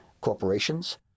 corporations